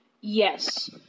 Yes